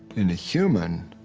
in a human,